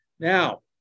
Now